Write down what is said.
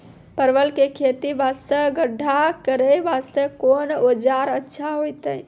परवल के खेती वास्ते गड्ढा करे वास्ते कोंन औजार अच्छा होइतै?